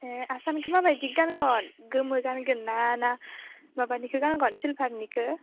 ए आसानखौ माबायदि गानगोन गोमो गानगोन ना माबानिखौ गानगोन सिल्भारनिखौ